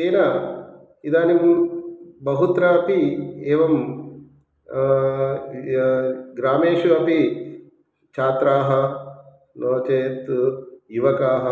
तेन इदानीं बहुत्रापि एवं य ग्रामेषु अपि छात्राः नो चेत् युवकाः